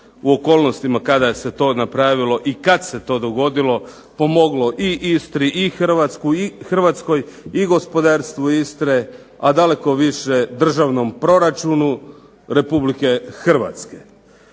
u okolnostima kada se to napravilo i kada se to dogodilo pomoglo i Istri i Hrvatskoj i gospodarstvu Istre a daleko više Državnom proračunu Republike Hrvatske.